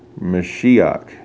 Mashiach